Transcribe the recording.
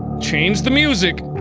change the music,